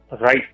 right